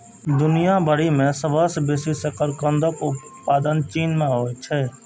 दुनिया भरि मे सबसं बेसी शकरकंदक उत्पादन चीन मे होइ छै